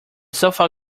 sofa